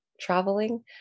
traveling